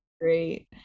great